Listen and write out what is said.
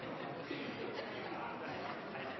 at det er feil.